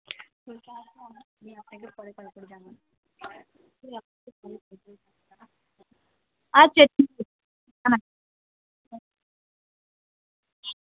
আচ্ছা ঠিক আছে হ্যাঁ